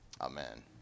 Amen